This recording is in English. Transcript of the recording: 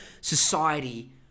society